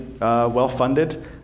well-funded